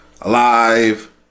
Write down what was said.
alive